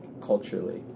culturally